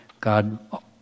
God